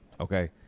Okay